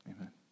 amen